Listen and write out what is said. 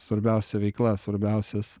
svarbiausia veikla svarbiausias